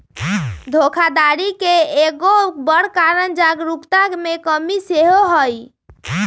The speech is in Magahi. धोखाधड़ी के एगो बड़ कारण जागरूकता के कम्मि सेहो हइ